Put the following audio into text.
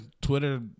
Twitter